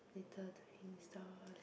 later doing stars